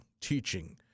teaching